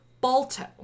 Balto